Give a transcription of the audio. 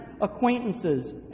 acquaintances